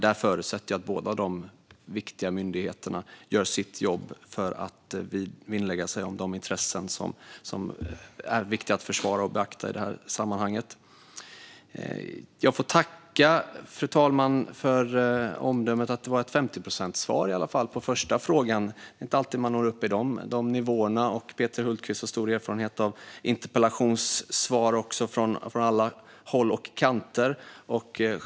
Jag förutsätter att båda dessa viktiga myndigheter gör sitt jobb för att vinnlägga sig om de intressen som är viktiga att försvara och beakta i det här sammanhanget. Fru talman! Jag får tacka för omdömet att det i alla fall var ett 50-procentssvar på den första frågan. Det är inte alltid man når upp i de nivåerna; Peter Hultqvist har stor erfarenhet av interpellationssvar från alla håll och kanter.